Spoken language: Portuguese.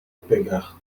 pegar